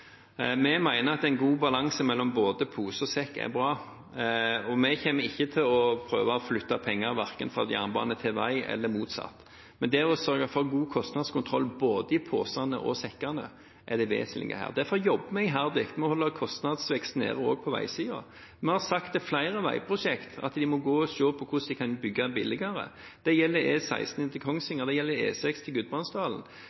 Vi mener at en god balanse mellom pose og sekk er bra, og vi kommer ikke til å prøve å flytte penger fra jernbane til vei eller motsatt. Men det å sørge for en god kostnadskontroll både i posen og i sekken er det vesentlige her. Derfor jobber vi iherdig med å holde kostnadsveksten nede også på veisiden. Vi har sagt i forbindelse med flere veiprosjekter at en må se på hvordan en kan bygge billigere. Det gjelder